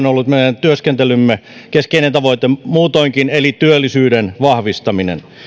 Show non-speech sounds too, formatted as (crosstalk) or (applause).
(unintelligible) on ollut meidän työskentelymme keskeinen tavoite muutoinkin eli työllisyyden vahvistaminen